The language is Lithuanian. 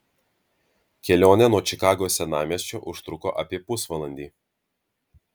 kelionė nuo čikagos senamiesčio užtruko apie pusvalandį